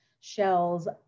shells